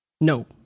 No